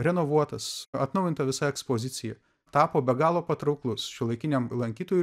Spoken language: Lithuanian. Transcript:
renovuotas atnaujinta visa ekspozicija tapo be galo patrauklus šiuolaikiniam lankytojui